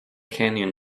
canyon